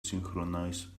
synchronize